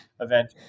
event